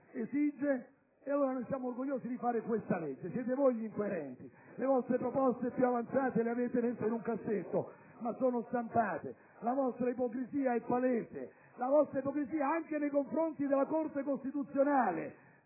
siamo allora orgogliosi di fare questa legge; siete voi gli incoerenti. Le vostre proposte più avanzate le avete messe in un cassetto, ma sono stampate. La vostra ipocrisia è palese, anche nei confronti della Corte costituzionale,